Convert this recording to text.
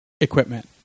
equipment